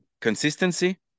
consistency